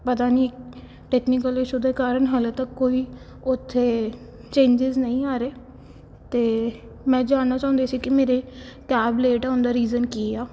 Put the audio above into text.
ਪਤਾ ਨਹੀਂ technical issue ਦੇ ਕਾਰਨ ਹਜੇ ਤੱਕ ਕੋਈ ਉੱਥੇ ਚੇਂਜਿਸ ਨਹੀਂ ਆ ਰਹੇ ਤਾਂ ਮੈਂ ਜਾਣਨਾ ਚਾਹੁੰਦੀ ਸੀ ਕਿ ਮੇਰੇ ਕੈਬ ਲੇਟ ਹੋਣ ਦਾ ਰੀਜਨ ਕੀ ਆ